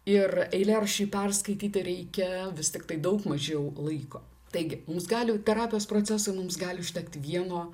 ir eilėraščiui perskaityti reikia vis tiktai daug mažiau laiko taigi mums gali terapijos procesui mums gali užtekti vieno